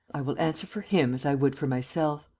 i will answer for him as i would for myself.